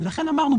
ולכן אמרנו,